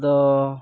ᱟᱫᱚ